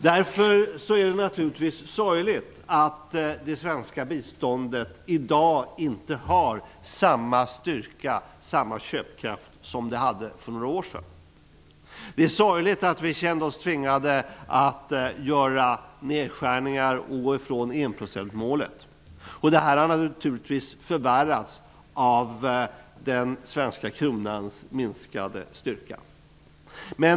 Därför är det naturligtvis sorgligt att det svenska biståndet i dag inte har samma styrka, samma köpkraft som det hade för några år sedan. Det är sorgligt att vi kände oss tvingade att göra nerskärningar och gå ifrån enprocentsmålet. Det har naturligtvis förvärrats av den svenska kronans minskade styrka.